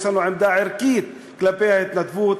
יש לנו עמדה ערכית כלפי ההתנדבות,